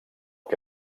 que